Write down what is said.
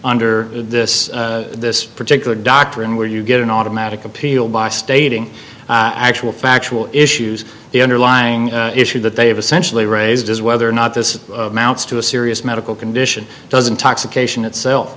under this this particular doctrine where you get an automatic appeal by stating actual factual issues the underlying issue that they have essentially raised is whether or not this amounts to a serious medical condition doesn't toxic ation itself